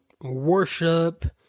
worship